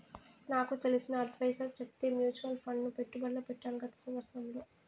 నాకు తెలిసిన అడ్వైసర్ చెప్తే మూచువాల్ ఫండ్ లో పెట్టుబడి పెట్టాను గత సంవత్సరంలో